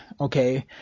okay